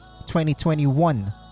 2021